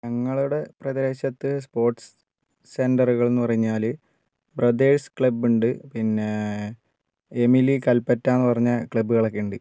ഞങ്ങളുടെ പ്രദേശത്ത് സ്പോർട്സ് സെന്ററുകൾ എന്നുപറഞ്ഞാൽ ബ്രദേഴ്സ് ക്ലബ്ബ് ഉണ്ട് പിന്നെ എമിലി കൽപറ്റ എന്നു പറഞ്ഞ ക്ലബുകളൊക്കെ ഉണ്ട്